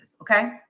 okay